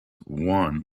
won